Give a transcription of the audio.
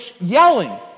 yelling